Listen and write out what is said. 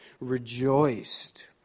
rejoiced